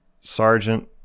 Sergeant